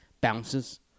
bounces